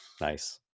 Nice